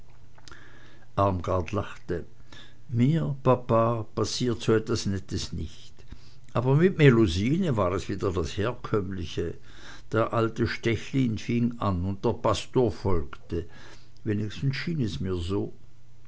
mir papa passiert so was nettes nicht aber mit melusine war es wieder das herkömmliche der alte stechlin fing an und der pastor folgte wenigstens schien es mir so